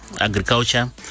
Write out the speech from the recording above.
agriculture